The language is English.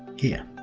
here,